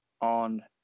on